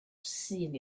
seen